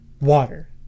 water